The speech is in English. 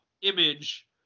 image